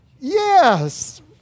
Yes